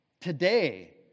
today